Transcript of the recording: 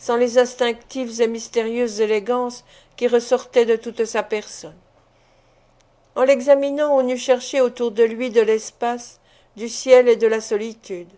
sans les instinctives et mystérieuses élégances qui ressortaient de toute sa personne en l'examinant on eût cherché autour de lui de l'espace du ciel et de la solitude